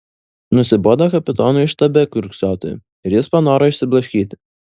nusibodo kapitonui štabe kiurksoti ir jis panoro išsiblaškyti